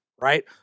right